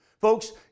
Folks